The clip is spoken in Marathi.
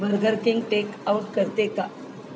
बर्गर किंग टेक आऊट करते का